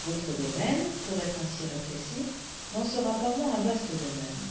votre domaine pour être ainsi rétréci n'en sera pas moins un vaste domaine